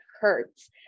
hurts